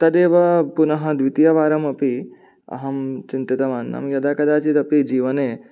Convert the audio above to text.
तदेव पुनः द्वितीयवारमपि अहं चिन्तितवान् नाम यदा कदाचिदपि जीवने